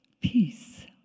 peace